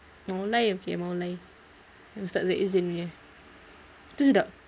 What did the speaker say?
mawlay okay mawlay yang ustaz zahid zin punya tu sedap